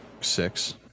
six